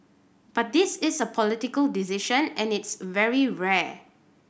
but this is a political decision and it's very rare